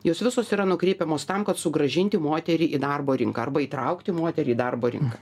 jos visos yra nukreipiamos tam kad sugrąžinti moterį į darbo rinką arba įtraukti moterį į darbo rinką